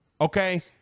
Okay